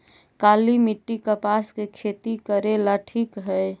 काली मिट्टी, कपास के खेती करेला ठिक हइ?